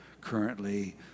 currently